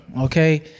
okay